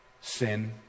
Sin